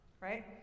right